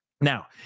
Now